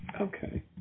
Okay